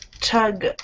tug